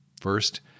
First